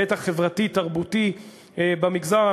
ההיבט החברתי-תרבותי במגזר,